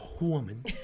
Woman